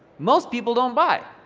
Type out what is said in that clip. most people don't buy.